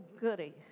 goody